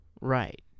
Right